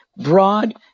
broad